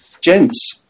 Gents